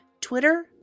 Twitter